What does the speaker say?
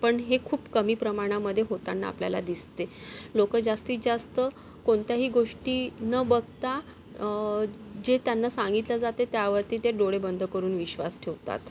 पण हे खूप कमी प्रमाणामध्ये होताना आपल्याला दिसते लोकं जास्तीत जास्त कोणत्याही गोष्टी न बघता जे त्यांना सांगितलं जाते त्यावरती ते डोळे बंद करून विश्वास ठेवतात